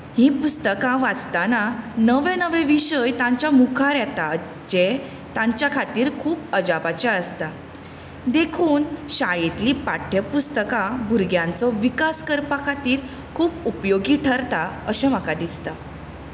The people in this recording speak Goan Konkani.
हीं पुस्तकां वाचतना नवे नवे विशय तांच्या मुखार येतात जे तांच्या खातीर खूब अजापाचे आसता देखून शाळेचीं पाठ्यपुस्तकां भुरग्यांचो विकास करपा खातीर खूब उपयोगी ठरता अशें म्हाका दिसता